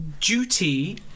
duty